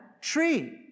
tree